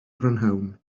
prynhawn